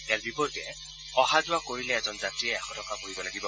ইয়াৰ বিপৰীতে অহা যোৱা কৰিলে এজন যাত্ৰীয়ে এশ টকা ভৰিব লাগিব